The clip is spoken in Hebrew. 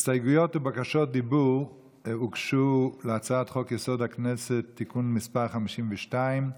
הסתייגויות ובקשות דיבור הוגשו להצעת חוק-יסוד: הכנסת (תיקון מס' 52)